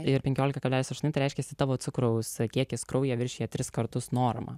ir penkiolika kablelis aštuoni tai reiškiasi tavo cukraus kiekis kraujyje viršija tris kartus normą